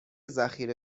ذخیره